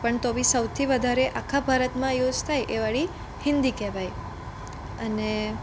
પણ તો બી સૌથી વધારે આખા ભારતમાં યુઝ થાય એ વાળી હિન્દી કહેવાય અને